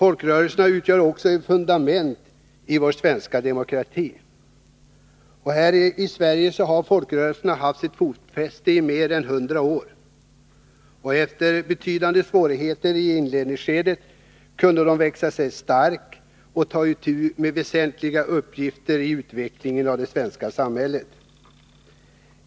De utgör vidare ett fundament i den svenska demokratin. Här i Sverige har folkrörelserna haft fotfäste i mer än 100 år. Efter betydande svårigheter i inledningsskedet kunde de växa sig starka och ta itu med väsentliga uppgifter i utvecklingen av det svenska samhället.